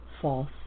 false